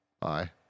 Bye